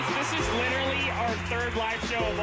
this is literally our third live show